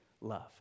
love